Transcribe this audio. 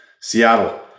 Seattle